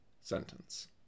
sentence